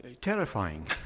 terrifying